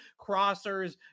Crossers